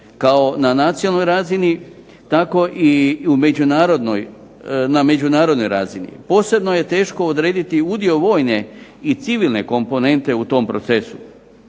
kako na nacionalnoj razini tako i na međunarodnoj razini. Posebno je teško odrediti udio vojne i civilne komponente u tom procesu.